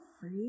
free